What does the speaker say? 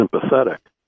sympathetic